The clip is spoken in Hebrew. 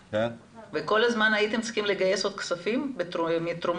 וכל הזמן הייתם צריכים לגייס עוד כספים בתרומות